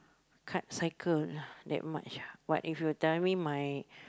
can't cycle that much what if you tell me my